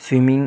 swimming